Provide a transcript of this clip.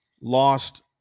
lost